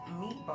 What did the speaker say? meatballs